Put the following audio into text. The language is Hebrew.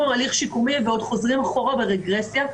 הליך שיקומי ועוד חוזרים אחורה ברגרסיה.